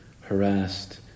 harassed